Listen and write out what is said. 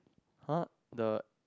!huh! the